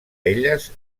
elles